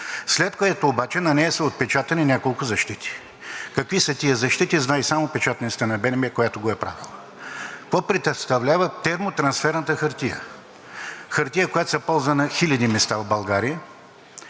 След което обаче на нея са отпечатани няколко защити. Какви са тези защити знае само Печатницата на БНБ, която го е правила. Какво представлява термотрансферната хартия? Хартия, която се ползва на хиляди места в България,